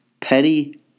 Petty